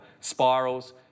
spirals